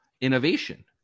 innovation